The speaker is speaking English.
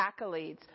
accolades